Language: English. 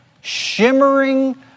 shimmering